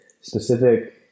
specific